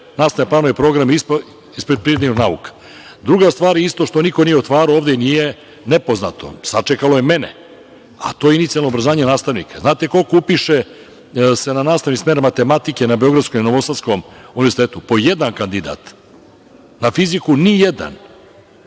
nastavne planove i programe iz prirodnih nauka. Druga stvar, što niko nije otvarao ovde i nije nepoznato, sačekalo je mene, a to je inicijalno obrazovanje nastavnika. Znate li koliko se upiše na nastavni smer matematike na Beogradskom i Novosadskom univerzitetu? Po jedan kandidat. Na fiziku nijedan.